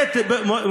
באמת?